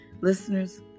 Listeners